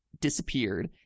disappeared